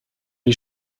die